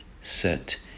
set